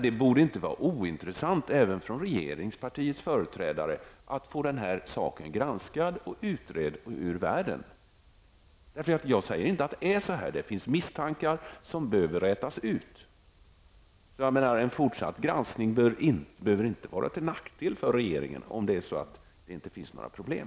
Det borde inte vara ointressant även för regeringspartiets företrädare att få denna sak granskad, utredd och ur världen. Jag säger inte att det är något fel, men det finns misstankar som behöver skingras. En fortsatt granskning behöver inte vara till nackdel för regeringen, om det inte finns några problem.